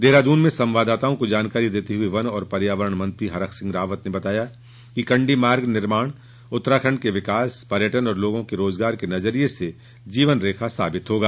देहरादून में संवाददाताओं को जानकारी देते हए वन एव पर्यावरण मंत्री हरक सिंह रावत ने बताया कि कण्डी मार्ग निर्माण उत्तराखण्ड के विकास पर्यटन और लोगों के रोजगार के नजरिये से जीवन रेखा साबित होगा